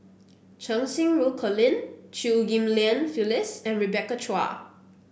Cheng Xinru Colin Chew Ghim Lian Phyllis and Rebecca Chua